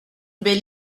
belle